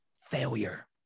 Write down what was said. failure